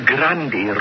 Grandi